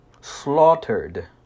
slaughtered